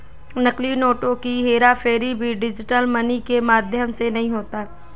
नकली नोटों की हेराफेरी भी डिजिटल मनी के माध्यम से नहीं होती